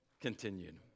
continued